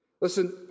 Listen